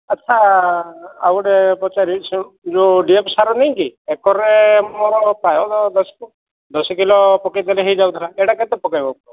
ଆଚ୍ଛା ଆଉ ଗୋଟେ ପଚାରିବି ସେ ଯେଉଁ ଡି ଏ ପି ସାର ନାହିଁକି ଏକରରେ ମୋର ପାଞ୍ଚ ଦଶ ଦଶ କିଲୋ ପକାଇଦେଲେ ହୋଇଯାଉଥିଲା ଏଇଟା କେତେ ପକାଇବାକୁ ହେବ